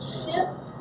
shift